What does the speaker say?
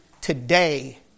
today